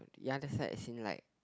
ya that's I saying like